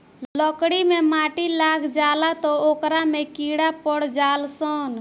लकड़ी मे माटी लाग जाला त ओकरा में कीड़ा पड़ जाल सन